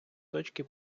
точки